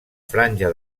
franja